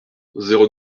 zéro